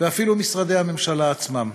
ואפילו משרדי הממשלה עצמם.